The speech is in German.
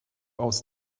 aus